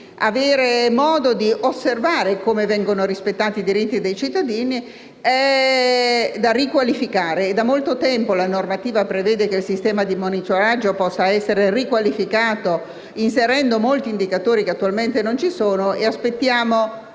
consente di osservare come i diritti dei cittadini vengono rispettati) sia da riqualificare. Da molto tempo la normativa prevede che il sistema di monitoraggio possa essere riqualificato, inserendo molti indicatori che attualmente non ci sono e aspettiamo